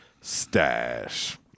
stash